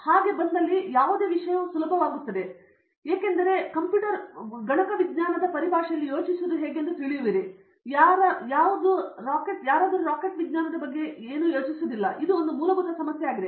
ಕಾಮಕೋಟಿ ಅದು ಬಂದಲ್ಲಿ ಯಾವುದೇ ವಿಷಯವು ಸುಲಭವಾಗುತ್ತದೆ ಏಕೆಂದರೆ ನೀವು ಯೋಚಿಸುವುದು ಹೇಗೆಂದು ತಿಳಿದಿರುತ್ತೀರಿ ನಂತರ ನೀವು ಯಾವುದೂ ರಾಕೆಟ್ ವಿಜ್ಞಾನ ಬಗ್ಗೆ ಏನಾದರೂ ಯೋಚಿಸುವುದಿಲ್ಲ ಇದು ಒಂದು ಮೂಲಭೂತ ಸಮಸ್ಯೆಯಾಗಿದೆ